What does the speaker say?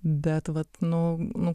bet vat nu nu